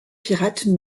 pirates